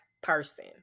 person